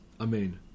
Amen